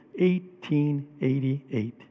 1888